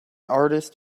artist